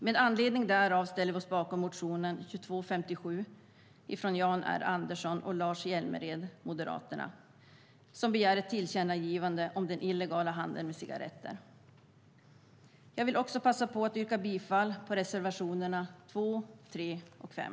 Med anledning därav ställer vi oss bakom motion 2014/15:2579 av Jan R Andersson och Lars Hjälmered från Moderaterna, som begär ett tillkännagivande om den illegala handeln med cigaretter. Jag vill också passa på att yrka bifall till reservationerna 2, 3 och 5.